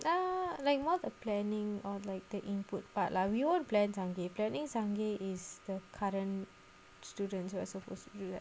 err like more of a planning or like the input part lah we all plans on game planning some game is the current students who are supposed to do that